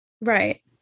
Right